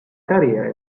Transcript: carriera